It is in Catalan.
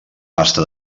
pasta